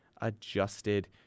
adjusted